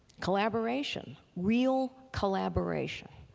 collaboration, real collaboration.